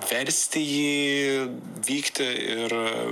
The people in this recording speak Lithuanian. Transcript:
versti jį vykti ir